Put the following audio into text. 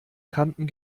kanten